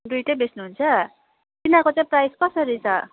दुईवटै बेच्नुहुन्छ तिनीहरूको चाहिँ प्राइस कसरी छ